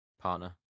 partner